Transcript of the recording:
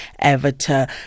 Avatar